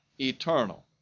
eternal